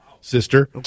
sister